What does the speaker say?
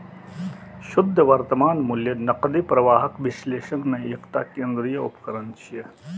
शुद्ध वर्तमान मूल्य नकदी प्रवाहक विश्लेषण मे एकटा केंद्रीय उपकरण छियै